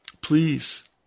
please